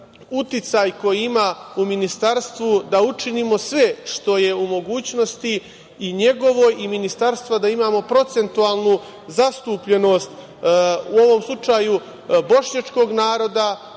uticaj koji ima u ministarstvu, da učinimo sve što je u mogućnosti i njegovoj i ministarstva da imamo procentualnu zastupljenost, u ovom slučaju bošnjačkog naroda,